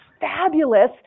fabulous